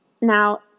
Now